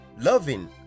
loving